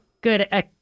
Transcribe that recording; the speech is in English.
good